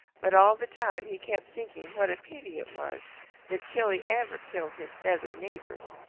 but all the time he kept thinking what a pity it was that killy ever killed his feathered neighbors.